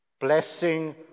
blessing